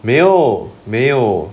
没有没有